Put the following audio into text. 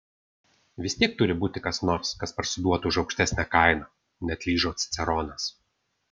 vis tiek turi būti kas nors kas parsiduotų už aukštesnę kainą neatlyžo ciceronas